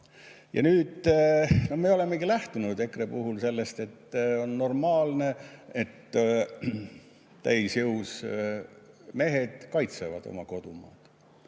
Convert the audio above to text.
Ja nüüd me olemegi lähtunud EKRE-ga sellest: on normaalne, et täisjõus mehed kaitsevad oma kodumaad.